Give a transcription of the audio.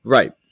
Right